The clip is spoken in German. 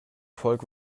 volk